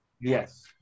Yes